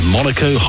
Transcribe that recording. Monaco